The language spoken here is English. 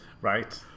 right